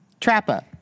Trappa